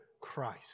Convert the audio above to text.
Christ